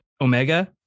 Omega